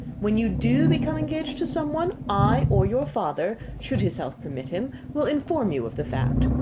when you do become engaged to some one, i, or your father, should his health permit him, will inform you of the fact.